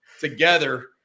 together